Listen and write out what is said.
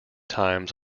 times